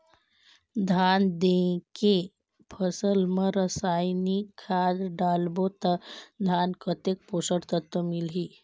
धान देंके फसल मा रसायनिक खाद डालबो ता धान कतेक पोषक तत्व मिलही?